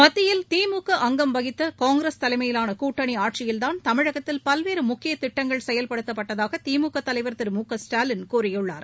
மத்தியில் திமுக அங்கம் வகித்த காங்கிரஸ் தலைமையிலான கூட்டணி ஆட்சியில்தான் தமிழகத்தில் பல்வேறு முக்கிய திட்டங்கள் செயல்படுத்தப்பட்டதாக திமுக தலைவர் திரு மு க ஸ்டாலின் கூறியுள்ளார்